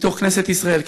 מתוך כנסת ישראל,